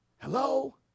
Hello